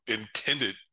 intended